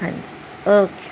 ਹਾਂਜੀ ਓਕੇ